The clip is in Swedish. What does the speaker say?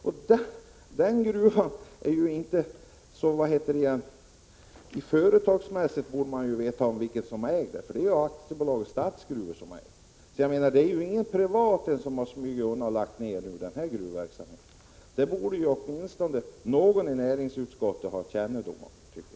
Och nog borde näringsutskottet veta vem som äger gruvan. Det är AB Statsgruvor, så det är ingen privat ägare som har smugit undan och lagt ner den här gruvverksamheten. Det borde åtminstone någon i näringsutskottet ha haft kännedom om, tycker jag.